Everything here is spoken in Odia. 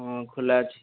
ହଁ ଖୋଲା ଅଛି